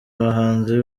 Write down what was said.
abahanzi